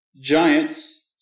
Giants